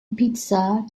pisa